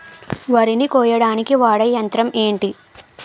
వరి ని కోయడానికి వాడే యంత్రం ఏంటి?